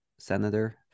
senator